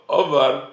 over